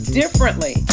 differently